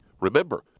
Remember